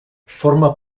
forma